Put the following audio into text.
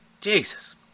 Jesus